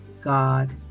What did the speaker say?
God